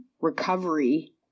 recovery